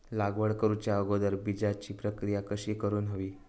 लागवड करूच्या अगोदर बिजाची प्रकिया कशी करून हवी?